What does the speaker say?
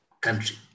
country